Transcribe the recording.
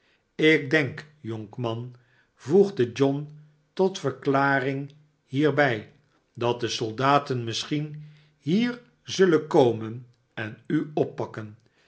ik denk jonkman voegde john tot verklaring hierbij dat de soldaten misschien hier zullen komen en u oppakken